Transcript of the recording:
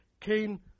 Cain